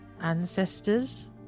ancestors